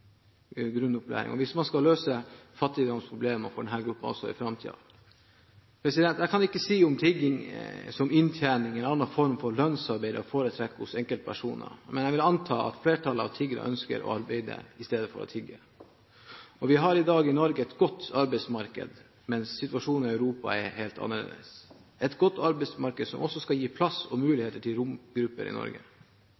grunnopplæring hvis man skal løse fattigdomsproblemene for denne gruppen også i framtiden. Jeg kan ikke si om tigging som inntjening, eller en annen form for lønnsarbeid, er å foretrekke hos enkeltpersoner, men jeg vil anta at flertallet av tiggerne ønsker å arbeide i stedet for å tigge. Vi har i dag i Norge et godt arbeidsmarked – et godt arbeidsmarked som også skal gi plass og